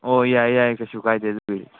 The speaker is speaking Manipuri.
ꯑꯣ ꯌꯥꯏ ꯌꯥꯏ ꯀꯩꯁꯨ ꯀꯥꯏꯗꯦ ꯑꯗꯨꯒꯤꯗꯤ